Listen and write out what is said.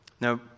Now